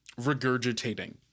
regurgitating